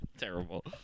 Terrible